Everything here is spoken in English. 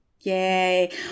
Yay